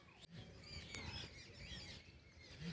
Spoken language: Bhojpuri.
आदमी जब नउकरी छोड़े चाहे रिटाअर होए तब आपन पइसा निकाल लेला